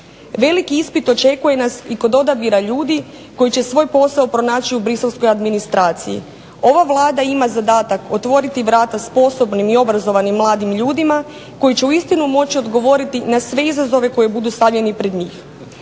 Veliki ispit očekuje nas i kod odabira ljudi koji će svoj posao pronaći u briselskoj administraciji. Ova vlada ima zadatak otvoriti vrata sposobnim i obrazovanim mladim ljudima koji će uistinu moći odgovoriti na sve izazove koji budu stavljeni pred njih.